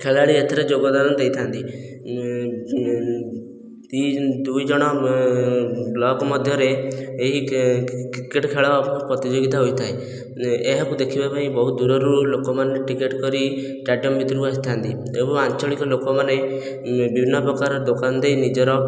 ଖେଳାଳି ଏଥିରେ ଯୋଗଦାନ ଦେଇଥାନ୍ତି ଦୁଇ ଦୁଇଜଣ ବ୍ଲକ ମଧ୍ୟରେ ଏହି କ୍ରିକେଟ ଖେଳ ପ୍ରତିଯୋଗିତା ହୋଇଥାଏ ଏହାକୁ ଦେଖିବା ପାଇଁ ବହୁତ ଦୂରରୁ ଲୋକମାନେ ଟିକେଟ କରି ଷ୍ଟାଡ଼ିୟମ ଭିତରକୁ ଆସିଥାନ୍ତି ଏବଂ ଆଞ୍ଚଳିକ ଲୋକମାନେ ବିଭିନ୍ନ ପ୍ରକାର ଦୋକାନ ଦେଇ ନିଜର